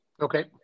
Okay